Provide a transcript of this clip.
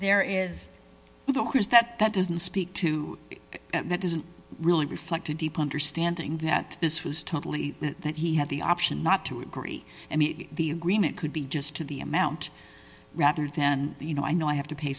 there is the one who's that that doesn't speak to that doesn't really reflect a deep understanding that this was totally that he had the option not to agree and the remit could be just to the amount rather then you know i know i have to pay